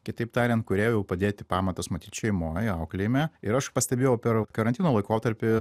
kitaip tariant kurie jau padėti pamatas matyt šeimoj auklėjime ir aš pastebėjau per karantino laikotarpį